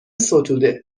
ستوده